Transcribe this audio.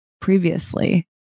previously